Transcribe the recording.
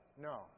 No